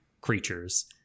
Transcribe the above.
creatures